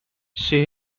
see